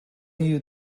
you